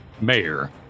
mayor